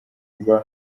nko